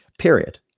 period